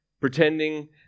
Pretending